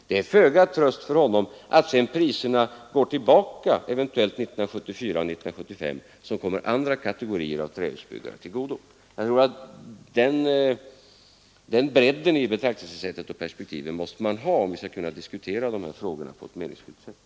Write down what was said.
Det är föga tröst för honom att priserna eventuellt går tillbaka 1974 och 1975, vilket kommer andra kategorier av trähusbyggare till godo. Jag tror att den bredden i betraktelsesättet och det perspektivet måste vi ha, om vi skall kunna diskutera de här frågorna på ett meningsfyllt sätt.